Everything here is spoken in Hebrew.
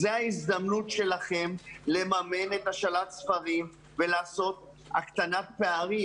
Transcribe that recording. זו ההזדמנות שלכם לממן את השאלת הספרים ולעשות הקטנת פערים,